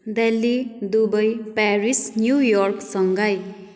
Delhi Dubai Paris New York Shanghai